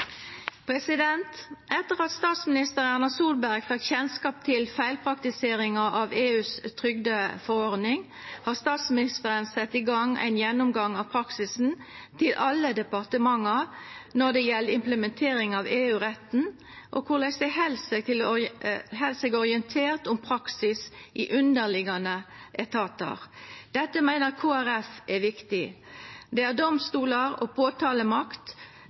Etter at statsminister Erna Solberg fekk kjennskap til feilpraktiseringa av EUs trygdeforordning, har statsministeren sett i gang ein gjennomgang av praksisen til alle departementa når det gjeld implementering av EU-retten og korleis dei held seg orientert om praksis i underliggjande etatar. Dette meiner Kristeleg Folkeparti er viktig. Det at domstolar og